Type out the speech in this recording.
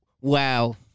Wow